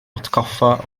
hatgoffa